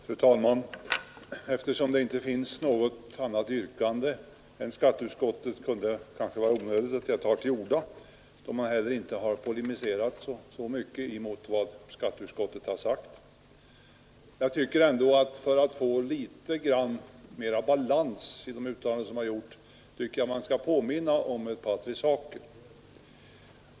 Fru talman! Eftersom det inte finns något annat yrkande än om bifall till skatteutskottets hemställan kunde det kanske vara onödigt att jag tar till orda, särskilt som de hittillsvarande talarna inte heller har polemiserat så mycket mot vad skatteutskottet anfört. Men jag anser ändå att man, för att få litet mer balans i de uttalanden som gjorts, bör påminna om några saker.